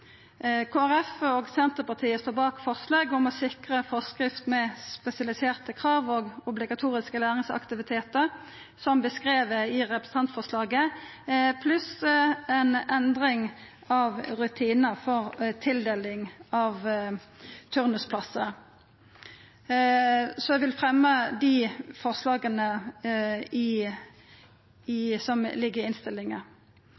Folkeparti og Senterpartiet står bak forslag om å sikra forskrift med spesialiserte krav og obligatoriske læringsaktivitetar som beskrive i representantforslaget, pluss ei endring av rutinar for tildeling av turnusplassar. Eg vil fremja dei forslaga som ligg i